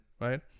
right